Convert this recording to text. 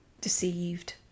Deceived